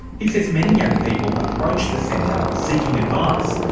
he says many young people approach the centre seeking advice,